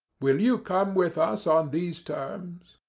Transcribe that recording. will you come with us on these terms?